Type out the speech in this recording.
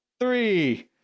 three